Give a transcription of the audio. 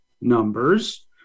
numbers